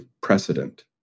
precedent